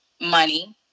money